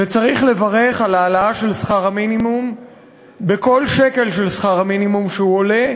וצריך לברך על העלאה של שכר המינימום בכל שקל ששכר המינימום עולה,